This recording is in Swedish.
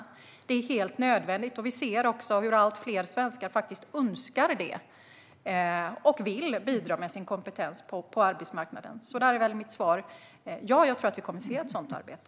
Detta är helt nödvändigt, och vi ser hur allt fler svenskar också önskar det och vill bidra med sin kompetens på arbetsmarknaden. Mitt svar är: Ja, jag tror att vi kommer att få se ett sådant arbete.